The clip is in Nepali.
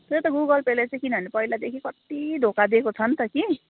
त्यही त गुगल पे ले चाहिँ किनभने पहिलादेखि कत्ति धोका दिएको छ नि त कि